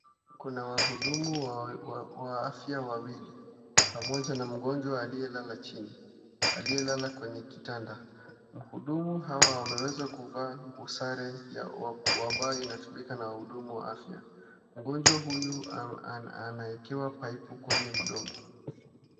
Kuna wahudumu wa afya wawili pamoja na mgonjwa aliye lala kwenye kitanda. Wahudumu hawa wameweza kuvaa sare ambayo inatumika na wahudumu wa afya. Mgonjwa huyu anawekewa paipu kwenye mdomo.